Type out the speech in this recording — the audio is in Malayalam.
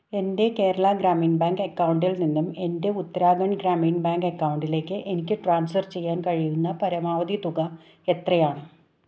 എൻ്റെ കേരള ഗ്രാമീൺ ബാങ്ക് അക്കൗണ്ടിൽ നിന്നും എൻ്റെ ഉത്തരാഖണ്ഡ് ഗ്രാമീൺ ബാങ്ക് അക്കൗണ്ടിലേക്ക് എനിക്ക് ട്രാൻസ്ഫർ ചെയ്യാൻ കഴിയുന്ന പരമാവധി തുക എത്രയാണ്